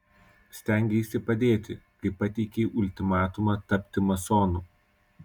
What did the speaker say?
stengeisi padėti kai pateikei ultimatumą tapti masonu